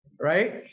right